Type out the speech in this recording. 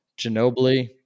Ginobili